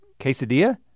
Quesadilla